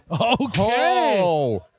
Okay